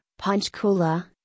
Panchkula